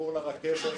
חיבור לרכבת.